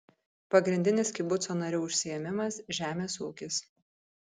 pagrindinis kibuco narių užsiėmimas žemės ūkis